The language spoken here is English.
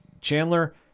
Chandler